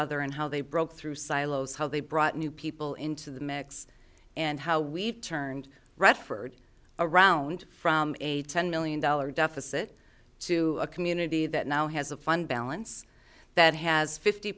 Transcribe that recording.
other and how they broke through silos how they brought new people into the mix and how we turned retford around from a ten million dollars deficit to a community that now has a fund balance that has fifty